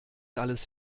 alles